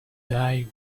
dye